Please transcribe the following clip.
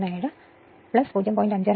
17 0